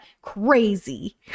crazy